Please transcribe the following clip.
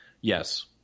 yes